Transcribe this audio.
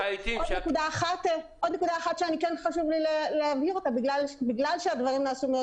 עוד נקודה שחשוב לי להבהיר: בגלל שהדברים נעשו מאוד